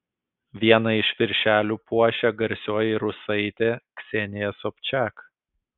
vieną iš viršelių puošia garsioji rusaitė ksenija sobčak